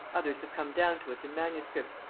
others have come down to us in manuscript,